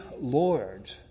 Lord